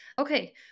Okay